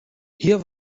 hier